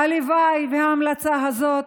הלוואי שההמלצה הזאת,